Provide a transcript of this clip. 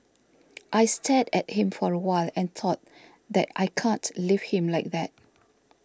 I stared at him for a while and thought that I can't leave him like that